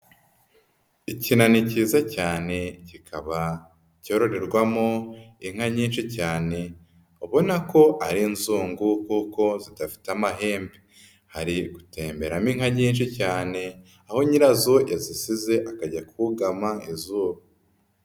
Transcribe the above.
Ikinani kiza cyane kikaba cyororerwamo inka nyinshi cyane ubona ko ari inzungu kuko zidafite amahembe, hari gutemberamo inka nyinshi cyane aho nyirazo yazisize akajya kugama izuba.